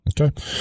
Okay